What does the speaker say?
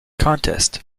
contest